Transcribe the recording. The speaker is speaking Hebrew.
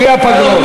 בלי הפגרות.